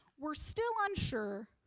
we're still unsure.